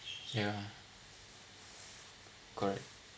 ya correct